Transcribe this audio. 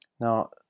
Now